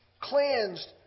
cleansed